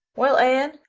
well, anne,